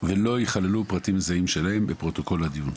ולא יכללו פרטים מזהים שלהם בפרוטוקול הדיון.